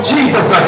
Jesus